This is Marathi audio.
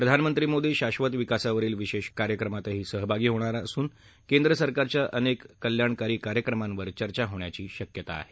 प्रधानमंत्री मोदी शाक्षत विकासावरील विशेष कार्यक्रमातही सहभागी होणार असून केंद्र सरकारच्या अनेक कल्याणकारी कार्यक्रमांवर चर्चा होण्याची शक्यता आहे